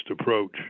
approach